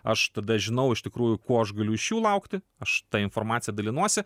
aš tada žinau iš tikrųjų ko aš galiu iš jų laukti aš ta informacija dalinuosi